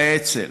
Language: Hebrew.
באצ"ל.